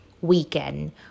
weekend